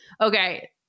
Okay